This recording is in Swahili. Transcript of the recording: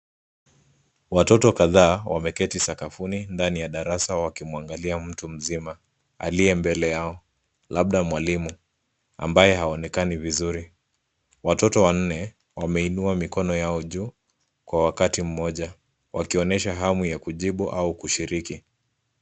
Watoto kadhaa wameketi sakafuni ndani ya darasa wakimwangalia mtu mzima aliye mbele yao. Labda mwalimu ambaye haonekani vizuri. Watoto wanne wameinua mikono yao juu kwa wakati mmoja wakionyesha hamu ya kujibu au kushiriki.